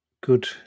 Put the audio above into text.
good